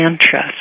trust